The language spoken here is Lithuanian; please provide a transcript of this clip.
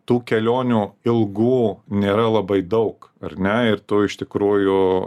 tų kelionių ilgų nėra labai daug ar ne ir tu iš tikrųjų